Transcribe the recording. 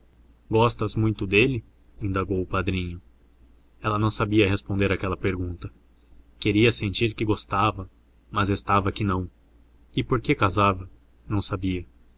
gostas muito dele indagou o padrinho ela não sabia responder aquela pergunta queria sentir que gostava mas estava que não e por que casava não sabia